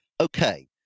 Okay